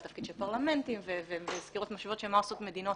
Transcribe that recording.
על התפקיד של פרלמנטים וסקירות משוות של מה עושות מדינות.